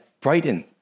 Brighton